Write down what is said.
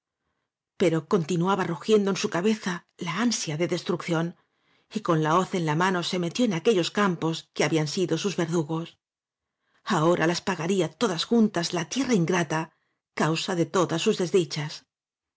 pero continuaba rugiendo o en su cabeza la ansia de destrucción y con la hoz en la mano se metió en aquellos campos que habían sido sus verdugos ahora las pagaría todas juntas la tierra ingrata causa de todas sus desdichas